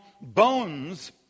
bones